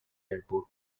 airport